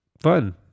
Fun